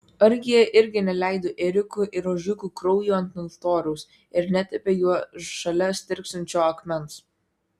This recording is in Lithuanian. argi jie irgi neleido ėriukų ir ožiukų kraujo ant altoriaus ir netepė juo šalia stirksančio akmens